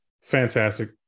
Fantastic